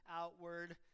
outward